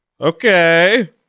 Okay